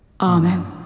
Amen